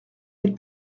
mille